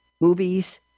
movies